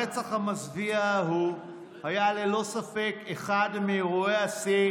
הרצח המזוויע ההוא היה ללא ספק אחד מאירועי השיא